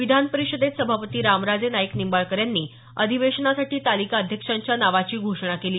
विधान परिषदेत सभापती रामराजे नाईक निंबाळकर यांनी अधिवेशनासाठी तालिका अध्यक्षांच्या नावाची घोषणा केली